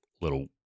little